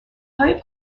های